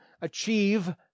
achieve